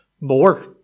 more